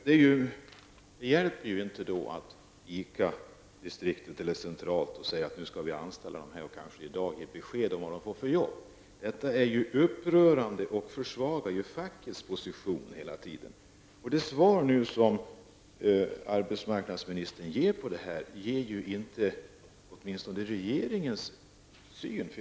Det hjälper inte att ICAs centrala organisation säger att man skall anställa dessa människor och kanske ge besked om vilka arbeten de får. Det här är upprörande och försvagar hela tiden fackets position. Det svar som arbetsmarknadsministern nu ger återspeglar väl inte regeringens syn på denna fråga?